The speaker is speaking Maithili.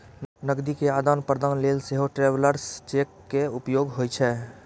नकदी केर आदान प्रदान लेल सेहो ट्रैवलर्स चेक के उपयोग होइ छै